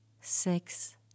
Six